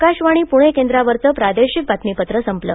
आकाशवाणी पूणे केंद्रावरचं प्रादेशिक बातमीपत्र संपलं